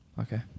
Okay